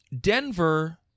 Denver